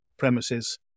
premises